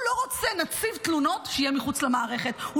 הוא לא רוצה נציב תלונות שיהיה מחוץ למערכת,